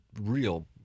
real